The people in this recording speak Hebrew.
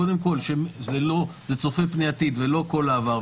קודם כול שזה צופה פני העתיד ולא כל העבר,